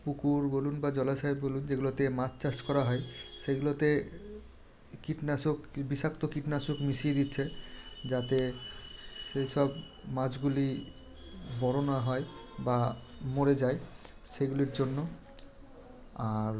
পুকুর বলুন বা জলাশয় বলুন যেগুলাতে মাছ চাষ করা হয় সেগুলোতে কীটনাশক বিষাক্ত কীটনাশক মিশিয়ে দিচ্ছে যাতে সেসব মাছগুলি বড়ো না হয় বা মরে যায় সেগুলির জন্য আর